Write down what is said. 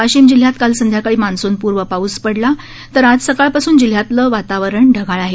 वाशीम जिल्ह्यात काल संध्याकाळी मान्सून पूर्व पाऊस पडला तर आज सकाळपासून जिल्ह्यातंल वातावरण ढगाळ आहे